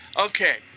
okay